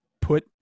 put